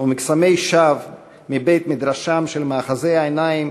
ומקסמי שווא מבית-מדרשם של מאחזי העיניים